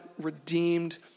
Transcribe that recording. redeemed